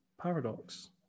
paradox